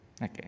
Okay